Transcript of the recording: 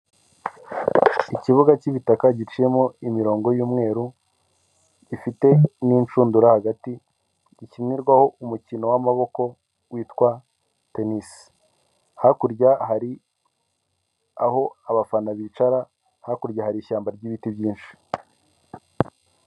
Ikibuga cy'ibitaka giciyemo imirongo y'umweru gifite n'inshundura hagati gikinirwaho umukino w'amaboko witwa tenisi hakurya hari aho abafana bicara, hakurya hari ishyamba ry'ibiti byinshi.